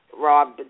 Rob